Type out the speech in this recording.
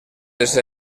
les